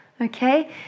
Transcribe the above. okay